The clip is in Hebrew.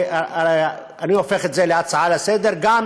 אני הופך את זה להצעה לסדר-היום,